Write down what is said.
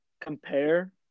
compare